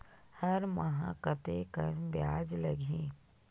हर माह कतेकन ब्याज लगही?